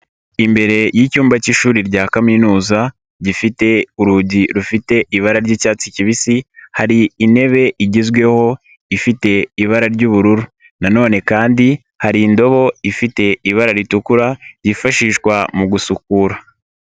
Imbere y'icyumba cy'ishuri rya kaminuza gifite urugi rufite ibara ry'icyatsi kibisi hari intebe igezweho ifite ibara ry'ubururu nanone kandi hari indobo ifite ibara ritukura ryifashishwa mu gusukura.